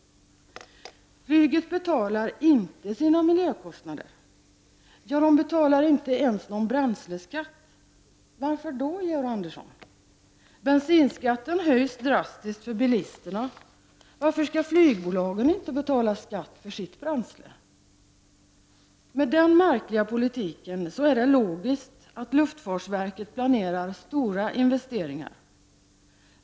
Flyget betalar inte sina miljökostnader, ja, inte ens någon bränsleskatt. Varför då, Georg Andersson? Bensinskatten höjs drastiskt för bilisterna. Varför skall flygbolagen inte betala skatt för sitt bränsle? Med den märkliga politiken är det logiskt att luftfartsverket planerar stora investeringar.